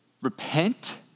repent